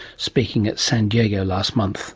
speaking at san diego last month